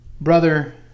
Brother